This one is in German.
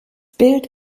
bild